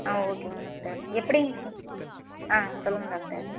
ஆ ஓகேங்க டாக்டர் எப்படி ம் ஆ சொல்லுங்கள் டாக்டர்